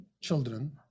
children